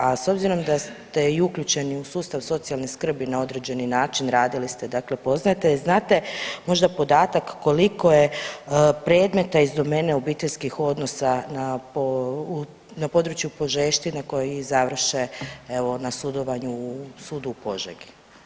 A s obzirom da ste i uključeni u sustav socijalne skrbi na određeni način, radili ste, dakle poznajete je, znate možda podatak koliko je predmeta iz domene obiteljskih odnosa na području Požeštine koji i završe evo na sudovanju u sudu u Požegi.